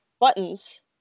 Buttons